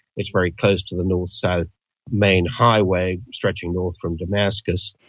it's very close to the north-south main highway stretching north from damascus.